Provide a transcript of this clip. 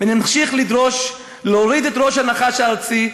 ונמשיך לדרוש להוריד את ראש הנחש הארסי,